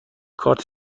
کارت